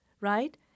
right